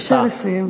בבקשה לסיים.